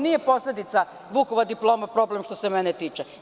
Nije posledica Vukova diploma problem, što se mene tiče.